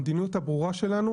המדיניות הברורה שלנו,